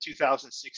2016